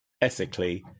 ethically